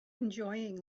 enjoying